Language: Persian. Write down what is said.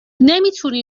نمیتونی